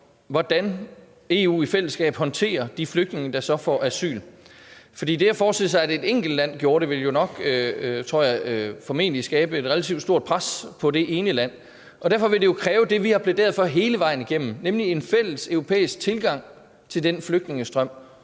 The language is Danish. hvordan EU i fællesskab håndterer de flygtninge, der så får asyl. Hvis et enkelt land gjorde det, ville det jo formentlig, tror jeg, skabe et relativt stort pres på det ene land. Derfor vil det jo kræve det, vi har plæderet for hele vejen igennem, nemlig en fælles europæisk tilgang til den flygtningestrøm,